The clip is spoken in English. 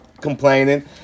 complaining